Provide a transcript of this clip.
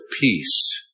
peace